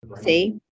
See